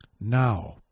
Now